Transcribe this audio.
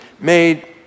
made